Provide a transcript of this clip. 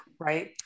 Right